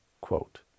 quote